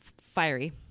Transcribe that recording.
fiery